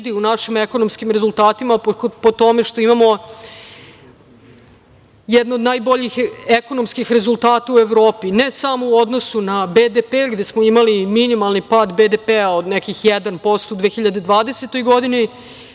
u našim ekonomskim rezultatima, po tome što imamo jednu od najboljih ekonomskih rezultata u Evropi, ne samo u odnosu na BDP ili da smo imali minimalni pad BDP od nekih 1% u 2020. godini,